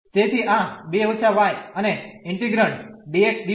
તેથી આ 2− y અને ઇન્ટિગ્રેન્ડ dx dy